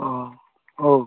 ହଁ ହଉ